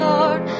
Lord